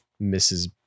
mrs